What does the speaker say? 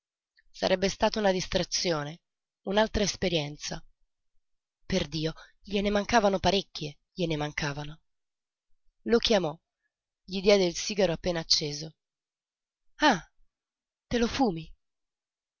sarebbe stata una distrazione un'altra esperienza perdio gliene mancavano parecchie gliene mancavano lo chiamò gli diede il sigaro appena acceso ah te lo fumi